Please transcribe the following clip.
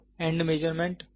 तो and measurement